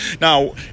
Now